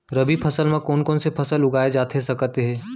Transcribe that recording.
रबि फसल म कोन कोन से फसल उगाए जाथे सकत हे?